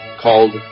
called